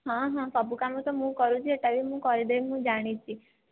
ହଁ ହଁ ସବୁକାମ ତ ମୁଁ କରୁଛି ଏହିଟା ବି ମୁଁ କରିଦେବି ମୁଁ ଜାଣିଛି